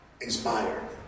inspired